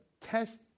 test